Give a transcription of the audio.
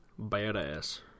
Badass